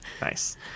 Nice